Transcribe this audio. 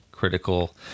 critical